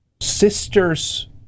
Sister's